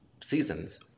seasons